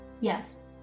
Yes